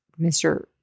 Mr